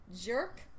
Jerk